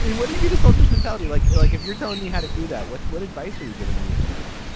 and what do you read the soldiers mentality like like if you're telling me how to do that what what advice are you given me or mike